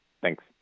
Thanks